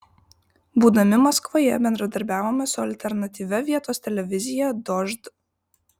būdami maskvoje bendradarbiavome su alternatyvia vietos televizija dožd